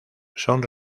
son